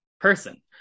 person